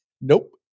Nope